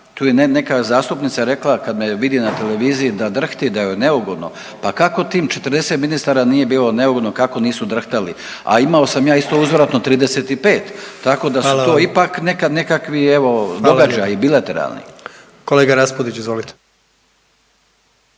Tu je neka zastupnica rekla kad me vidi na televiziji da drhti, da joj je neugodno, pa kako tim 40 ministara nije bilo neugodno, kako nisu drhtali, a imamo sam ja isto uzvratno 35. Tako da su to ipak …/Upadica: Hvala vam./… nekad nekakvi evo